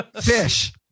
Fish